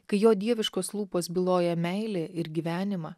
kai jo dieviškos lūpos byloja meilę ir gyvenimą